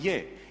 Je!